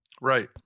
Right